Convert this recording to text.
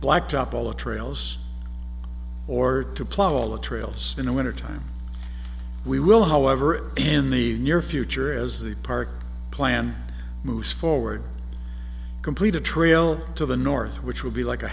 blacktop all the trails or to plough all the trails in the winter time we will however in the near future as the park plan moves forward complete a trail to the north which will be like a